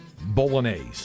bolognese